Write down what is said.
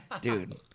Dude